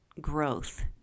growth